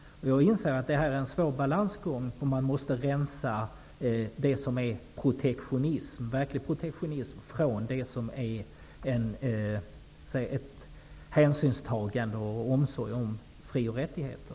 Jag inser att detta är en svår balansgång. Man måste skilja det som är verklig protektionism från det som är ett hänsynstagande och en omsorg om fri och rättigheter.